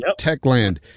Techland